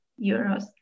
euros